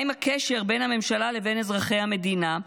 מה עם הקשר בין הממשלה לבין אזרחי המדינה?